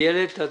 איילת, את